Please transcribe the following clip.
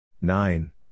nine